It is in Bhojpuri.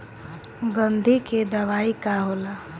गंधी के दवाई का होला?